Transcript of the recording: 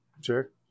sure